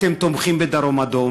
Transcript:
אתם תומכים ב"דרום אדום",